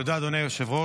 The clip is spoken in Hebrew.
תודה, אדוני היושב-ראש,